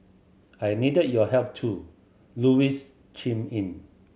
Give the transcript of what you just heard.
I needed your help too Louise chimed in